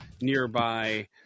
nearby